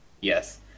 Yes